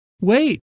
Wait